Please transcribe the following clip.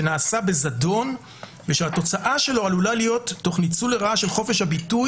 שנעשה בזדון ושהתוצאה שלו עלולה להיות תוך ניצול לרעה של חופש הביטוי,